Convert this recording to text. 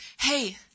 Hey